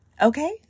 Okay